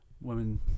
women